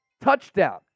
Touchdown